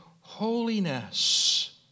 holiness